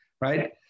right